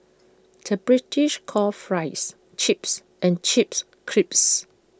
the British calls Fries Chips and Chips Crisps